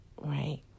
right